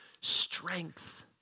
strength